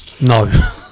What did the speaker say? No